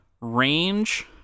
range